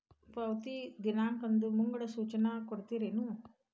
ಪಾವತಿ ಕೊನೆ ದಿನಾಂಕದ್ದು ಮುಂಗಡ ಸೂಚನಾ ಕೊಡ್ತೇರೇನು?